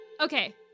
Okay